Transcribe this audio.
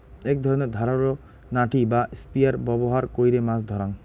এক ধরণের ধারালো নাঠি বা স্পিয়ার ব্যবহার কইরে মাছ ধরাঙ